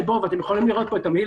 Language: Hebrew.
הוא הדלק